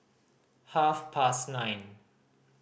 half past nine